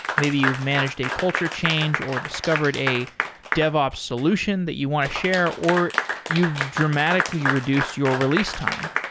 maybe you've managed a culture change, or discovered a devops solution that you want to share, or you've dramatically reduced your release time.